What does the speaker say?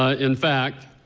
ah in fact,